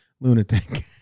lunatic